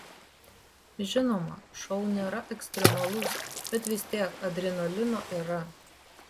žinoma šou nėra ekstremalus bet vis tiek adrenalino yra